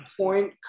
point